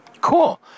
Cool